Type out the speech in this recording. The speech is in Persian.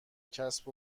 کسب